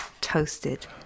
toasted